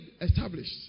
established